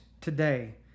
today